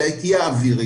אלא היא תהיה אווירית.